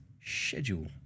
schedule